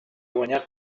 guanyar